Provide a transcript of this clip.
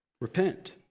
repent